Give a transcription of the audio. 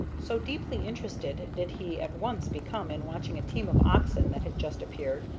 so deeply interested did he at once become in watching a team of oxen that had just appeared,